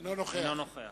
אינו נוכח